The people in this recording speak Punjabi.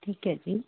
ਠੀਕ ਹੈ ਜੀ